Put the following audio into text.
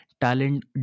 talent